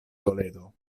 toledo